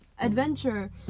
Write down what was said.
adventure